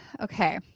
okay